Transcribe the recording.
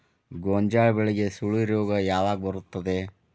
ಗೋಂಜಾಳ ಬೆಳೆಗೆ ಸುಳಿ ರೋಗ ಯಾವಾಗ ಬರುತ್ತದೆ?